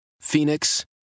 phoenix